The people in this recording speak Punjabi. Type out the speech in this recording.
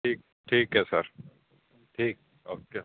ਠੀਕ ਠੀਕ ਹੈ ਸਰ ਠੀਕ ਓਕੇ